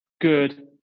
good